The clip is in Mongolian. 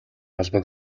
албан